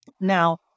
Now